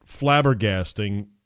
flabbergasting